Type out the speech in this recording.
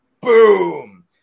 boom